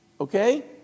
Okay